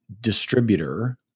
distributor